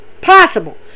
Possible